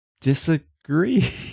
disagree